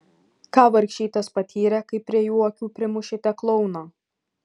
ką vargšytės patyrė kai prie jų akių primušėte klouną